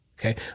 Okay